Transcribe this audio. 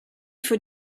für